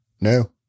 No